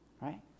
Right